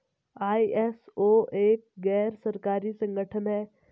ISO एक गैर सरकारी संगठन है